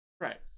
right